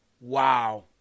Wow